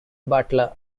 butler